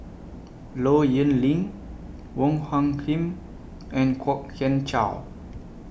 Low Yen Ling Wong Hung Khim and Kwok Kian Chow